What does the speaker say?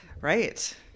Right